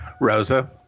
Rosa